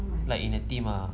like in a team ah